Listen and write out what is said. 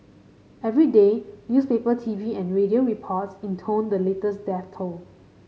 every day newspaper T V and radio reports intoned the latest death toll